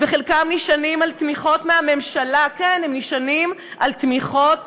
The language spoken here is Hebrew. וחלקם נשענים על תמיכות מהממשלה.